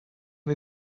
can